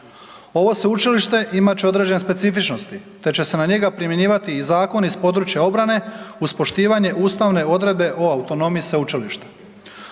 Ovo Sveučilište imat će određene specifičnosti te će se na njega primjenjivati i zakoni s područja obrane, uz poštivanje ustavne odredbe o autonomiji sveučilišta.